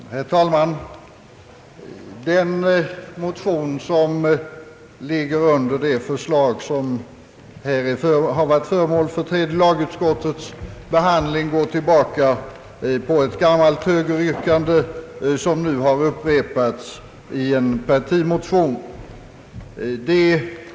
Herr talman! Den motion, som varit föremål för tredje lagutskottets behandling i det föreliggande utlåtandet, går tillbaka på ett gammalt högeryrkande, som nu har upprepats i en partimotion.